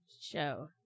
show